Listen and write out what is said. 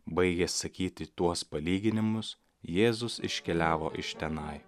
baigęs sakyti tuos palyginimus jėzus iškeliavo iš tenai